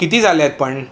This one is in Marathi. किती झाले आहेत पण